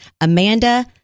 Amanda